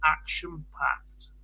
action-packed